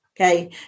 Okay